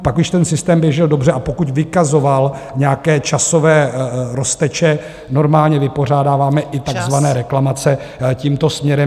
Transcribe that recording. Pak už ten systém běžel dobře a pokud vykazoval nějaké časové rozteče, normálně vypořádáváme i tak zvané reklamace tímto směrem.